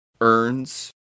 earns